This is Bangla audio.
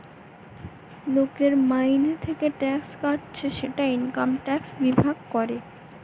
লোকের মাইনে থিকে ট্যাক্স কাটছে সেটা ইনকাম ট্যাক্স বিভাগ করে